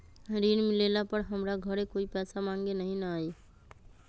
ऋण लेला पर हमरा घरे कोई पैसा मांगे नहीं न आई?